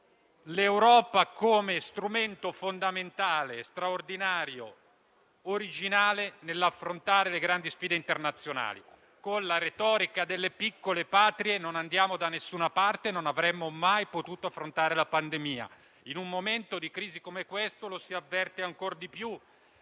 l'Europa come strumento fondamentale, straordinario, originale nell'affrontare le grandi sfide internazionali. Con la retorica delle piccole patrie non andiamo da nessuna parte; non avremmo mai potuto affrontare la pandemia e in un momento di crisi come questo lo si avverte ancora di più.